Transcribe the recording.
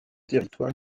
territoire